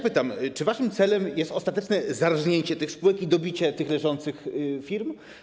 Pytam: Czy waszym celem jest ostateczne zarżnięcie tych spółek i dobicie tych leżących firm?